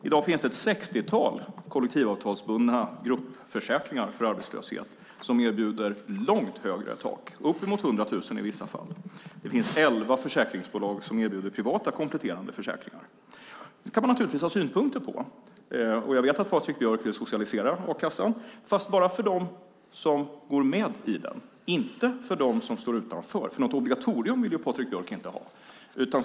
I dag finns det ett sextiotal kollektivavtalsbundna gruppförsäkringar mot arbetslöshet som erbjuder långt högre tak, uppemot 100 000 i vissa fall. Det finns elva försäkringsbolag som erbjuder privata, kompletterande försäkringar. Det kan man naturligtvis ha synpunkter på. Jag vet att Patrik Björck vill socialisera a-kassan, fast bara för dem som går med i den. Inte för dem som står utanför, för något obligatorium vill ju Patrik Björck inte ha.